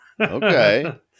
Okay